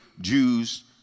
Jews